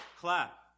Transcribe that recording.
clap